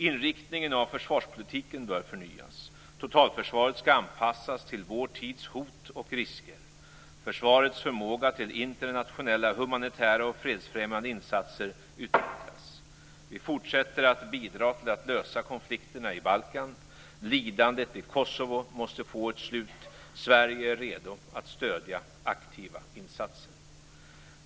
Inriktningen av försvarspolitiken bör förnyas. Totalförsvaret skall anpassas till vår tids hot och risker. Försvarets förmåga till internationella humanitära och fredsfrämjande insatser utvecklas. Vi fortsätter att bidra till att lösa konflikterna i Balkan. Lidandet i Kosovo måste få ett slut. Sverige är redo att stödja aktiva insatser.